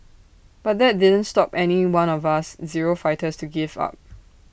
but that didn't stop any one of us zero fighters to give up